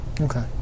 Okay